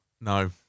No